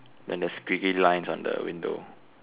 then there's squiggly lines on the window